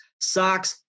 socks